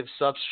substrate